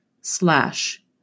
slash